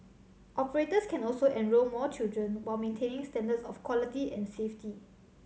operators can also enrol more children while maintaining standards of quality and safety